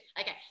okay